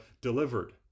delivered